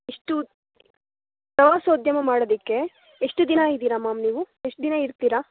ಎಷ್ಟು ಪ್ರವಾಸೋದ್ಯಮ ಮಾಡೋದಕ್ಕೆ ಎಷ್ಟು ದಿನ ಇದ್ದೀರ ಮಾಮ್ ನೀವು ಎಷ್ಟು ದಿನ ಇರ್ತೀರ